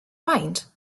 mind